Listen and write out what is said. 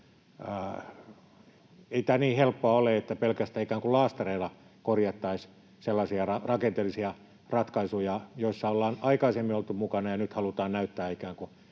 Ei tämä niin helppoa ole, että pelkästään ikään kuin laastareilla korjattaisiin sellaisia rakenteellisia ratkaisuja, joissa ollaan aikaisemmin oltu mukana, ja nyt halutaan näyttää